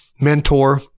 mentor